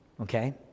okay